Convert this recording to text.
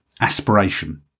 aspiration